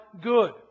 good